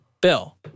Bill